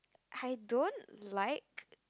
I don't like